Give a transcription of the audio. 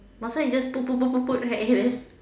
might as well you just put put put put put right and then